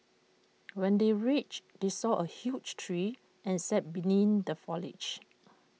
when they reached they saw A huge tree and sat beneath the foliage